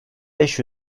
beş